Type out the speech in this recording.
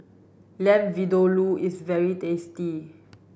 Lamb Vindaloo is very tasty